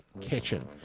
kitchen